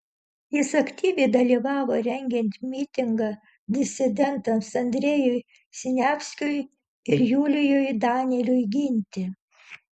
jis aktyviai dalyvavo rengiant mitingą disidentams andrejui siniavskiui ir julijui danieliui ginti